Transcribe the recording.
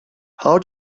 how